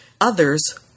Others